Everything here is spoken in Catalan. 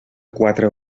quatre